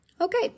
Okay